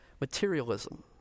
Materialism